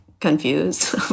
confused